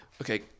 okay